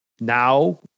now